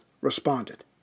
responded